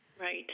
Right